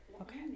Okay